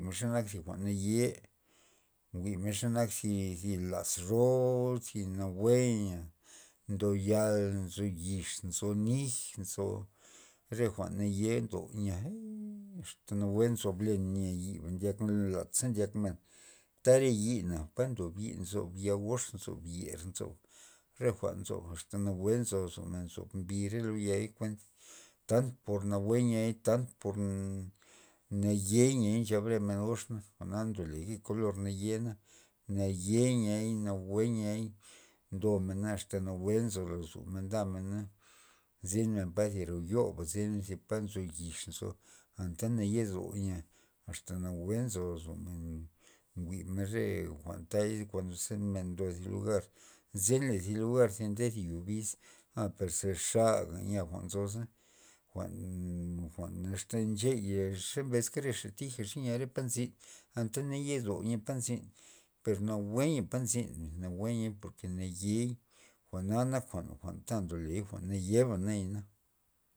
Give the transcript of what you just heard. Xe nak thi jwa'n naye, njwi' men xenak thi- thi laz roo zi nawue nya, ndo yal nzo yix nzo nij nzo re jwa'n naye' nlo nya asta nawue nzo blen nya yiba ndyakmen laza ndyak men ta re yi'na pa ndob yi nzo ya gox nzob yer nzob re jwa'n nzob asta nawue nzo lozo men nzob bi re lo yai tak kuent tan por nawue niay tan por naye niay nchab men gox jwa'na ndole kolor naye'na, naye' niay nawue niay ndomena asta nawue nzo lozo ndamena zin men pa thi roba zin me pa nzi yix nzo anta naye' do nya asta nawue nzo lozomen nwji'men re jwa'n taya kuando thi men ndo thi lugar zinla zi lugar ze nde thi yo biz aa perze xala nya jwa'n nzosa jwa'n- jwa'n asta ncheya xe mbeska re xa tija xe nya pa nzin anta naye'do nya pa nzin per nawue nya pa nzin nawue niay por naye' jwa'na nak jwa'n- jwa'n ta ndoley naye'ba nayana.